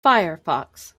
firefox